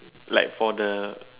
like for the